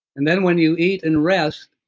and then when you eat and rest,